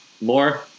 more